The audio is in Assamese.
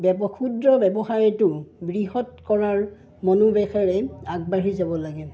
ক্ষুদ্ৰ ব্যৱসায়টো বৃহৎ কৰাৰ মনোৱেশেৰেই আগবাঢ়ি যাব লাগে